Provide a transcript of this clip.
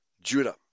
Judah